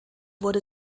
wurde